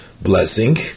blessing